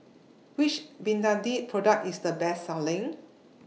Which Betadine Product IS The Best Selling